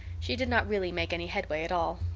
she did not really make any headway at all.